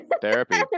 therapy